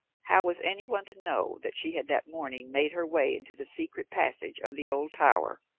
how was anyone to know that she had that morning made her way into the secret passage of the old tower,